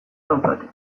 daukate